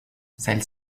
celle